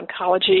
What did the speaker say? Oncology